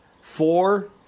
Four